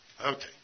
Okay